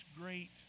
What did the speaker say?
great